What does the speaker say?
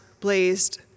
blazed